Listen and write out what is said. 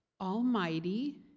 Almighty